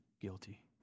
guilty